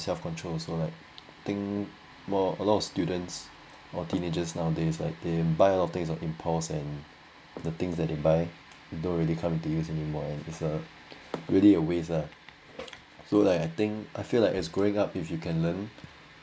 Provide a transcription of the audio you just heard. self control also right I think more a lot of students or teenagers nowadays like they buy a lot of things on impulse and the things that they buy don't really come to use anymore and it's a really a waste lah so like I think I feel like as growing up if you can learn